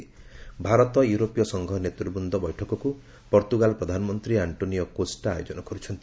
'ଭାରତ ୟୁରୋପୀୟ ସଂଘ ନେତୃବ୍ଦ ବୈଠକ'କୁ ପର୍ତ୍ତୁଗାଲ ପ୍ରଧାନମନ୍ତ୍ରୀ ଆଷ୍ଟ୍ରୋନିଓ କୋଷ୍ଟା ଆୟୋଚ୍ଚନ କରୁଛନ୍ତି